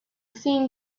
theme